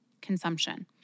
consumption